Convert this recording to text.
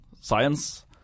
science